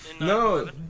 No